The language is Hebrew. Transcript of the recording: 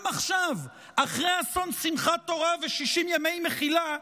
גם עכשיו, אחרי אסון שמחת תורה ו-60 ימי מלחמה,